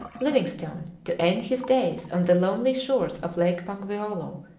livingstone to end his days on the lonely shores of lake bangweolo,